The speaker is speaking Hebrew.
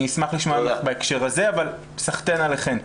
אני אשמח לשמוע ממך בהקשר הזה, אבל סחתין עליכן.